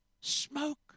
smoke